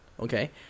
okay